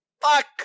fuck